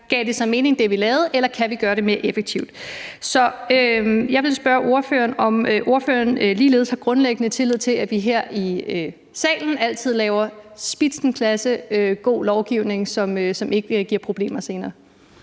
Gav det, vi lavede, så mening, eller kan vi gøre det mere effektivt? Så jeg ville spørge ordføreren, om ordføreren ligeledes har grundlæggende tillid til, at vi her i salen altid laver spitzenklasse, god lovgivning, som ikke giver problemer senere.